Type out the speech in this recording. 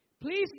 Please